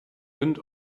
wind